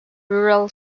rural